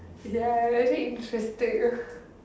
ya very interested